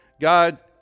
God